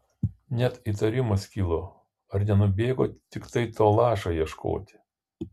net įtarimas kilo ar nenubėgo tiktai to lašo ieškoti